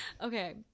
okay